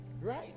Right